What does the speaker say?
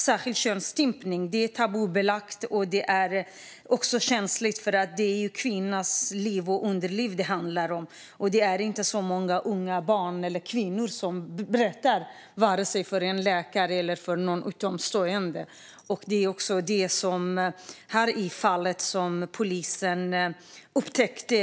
Särskilt könsstympning är tabubelagt. Det är också känsligt eftersom det är kvinnans liv och underliv det handlar om. Inte många barn, unga eller kvinnor berättar för vare sig en läkare eller någon utomstående. Det gäller även det fall som polisen upptäckte.